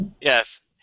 Yes